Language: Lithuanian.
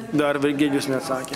dar virginijus neatsakė